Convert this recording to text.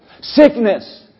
Sickness